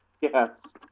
Yes